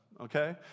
okay